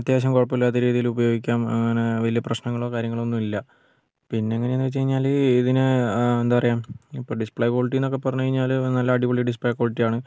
അത്യാവശ്യം കുഴപ്പമില്ലാത്ത രീതിയിൽ ഉപയോഗിക്കാം അങ്ങനെ വലിയ പ്രശ്നങ്ങളോ കാര്യങ്ങളോ ഒന്നുമില്ല പിന്നെ എങ്ങനെ എന്ന് വെച്ചുകഴിഞ്ഞാൽ ഇതിന് ആ എന്താണ് പറയുക ഇപ്പോൾ ഡിസ്പ്ലേ ക്വാളിറ്റി എന്നൊക്കെ പറഞ്ഞു കഴിഞ്ഞാൽ നല്ല അടിപൊളി ആയിട്ടുള്ള ഡിസ്പ്ലേ ക്വാളിറ്റി ആണ്